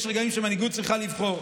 יש רגעים שבהם מנהיגות צריכה לבחור,